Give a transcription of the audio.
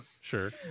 Sure